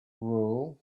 rule